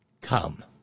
come